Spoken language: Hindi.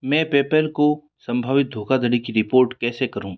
मैं पेपैल को संभावित धोखाधड़ी की रिपोर्ट कैसे करूँ